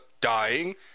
dying –